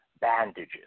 bandages